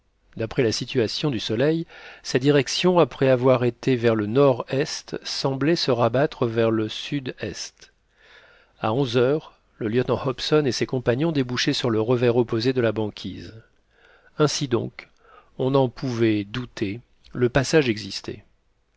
d'après la situation du soleil sa direction après avoir été vers le nord-est semblait se rabattre vers le sud-est à onze heures le lieutenant hobson et ses compagnons débouchaient sur le revers opposé de la banquise ainsi donc on n'en pouvait douter le passage existait